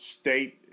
state